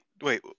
Wait